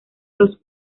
los